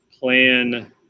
plan